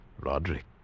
Roderick